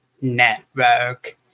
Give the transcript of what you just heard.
Network